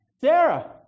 Sarah